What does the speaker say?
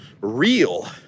real